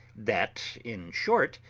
that, in short,